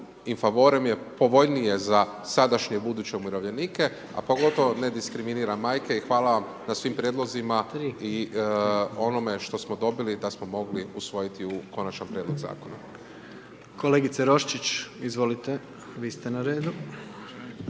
in favorem je povoljnije za sadašnje i buduće umirovljenike a pogotovo ne diskriminira majke i hvala vam na svim prijedlozima i onome što smo dobili da smo mogli usvojiti u konačni prijedlog zakona. **Jandroković, Gordan (HDZ)** Kolegice Roščić, izvolite, vi ste na redu.